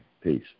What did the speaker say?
Peace